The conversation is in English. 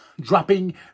dropping